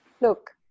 Look